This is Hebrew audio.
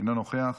אינו נוכח.